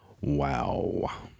Wow